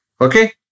Okay